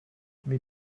mais